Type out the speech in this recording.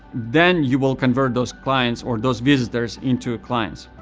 then you will convert those clients or those visitors into clients.